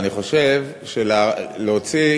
אני חושב שלהוציא,